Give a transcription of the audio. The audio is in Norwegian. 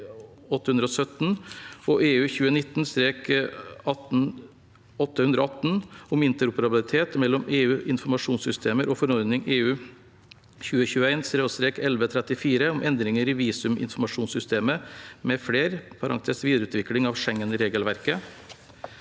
og (EU) 2019/818 om interoperabilitet mellom EU-informasjonssystemer og forordning (EU) 2021/1134 om endringer i visuminformasjonssystemet m.fl. (videreutvikling av Schengen-regelverket)